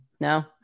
no